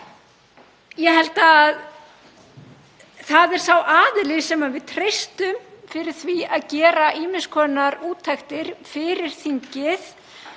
Það er sá aðili sem við treystum fyrir því að gera ýmiss konar úttektir fyrir þingið